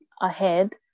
ahead